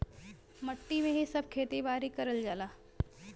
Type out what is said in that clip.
मट्टी में ही सब खेती बारी करल जाला